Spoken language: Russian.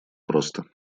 просто